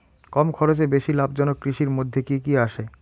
কম খরচে বেশি লাভজনক কৃষির মইধ্যে কি কি আসে?